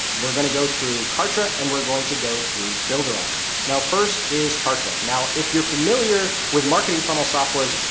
we're going to go through kartra and we're going to go through builder. um now, first is kartra. now, if you're familiar with marketing funnel softwares,